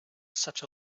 such